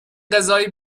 قضایی